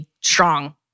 strong